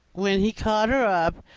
when he caught her up,